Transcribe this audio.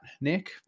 Nick